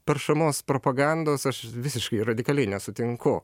peršamos propagandos aš visiškai radikaliai nesutinku